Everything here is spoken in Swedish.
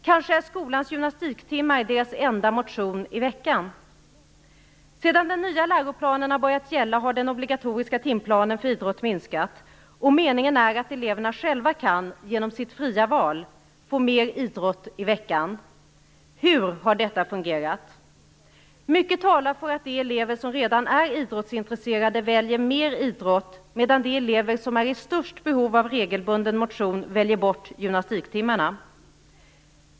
Kanske är skolans gymnastiktimmar deras enda motion i veckan. Sedan den nya läroplanen har börjat gälla har den obligatoriska timplanen för idrott minskat, och meningen är att eleverna själva, genom sitt fria val, kan få mer idrott i veckan. Hur har detta fungerat? Mycket talar för att de elever som redan är idrottsintresserade väljer mer idrott, medan de elever som är i störst behov av regelbunden motion väljer bort gymnastiktimmarna.